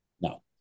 no